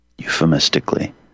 euphemistically